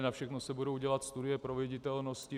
Na všechno se budou dělat studie proveditelnosti.